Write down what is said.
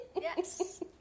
Yes